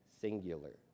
singular